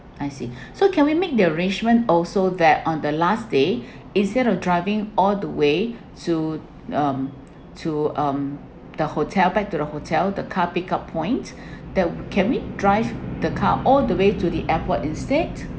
I see so can we make the arrangement also that on the last day instead of driving all the way to um to um the hotel back to the hotel the car pick up point that can we drive the car all the way to the airport instead